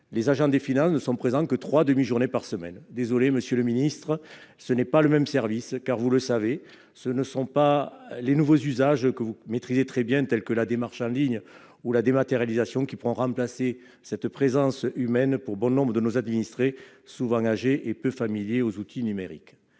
y a trois ans ne sont présents que trois demi-journées par semaine. Désolé, monsieur le secrétaire d'État, mais ce n'est pas le même service ! Vous le savez, ce ne sont pas les nouveaux usages- que vous maîtrisez très bien -, tels que la démarche en ligne ou la dématérialisation, qui pourront remplacer cette présence humaine pour bon nombre de nos administrés, souvent âgés et peu familiers des outils numériques.